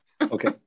okay